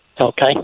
Okay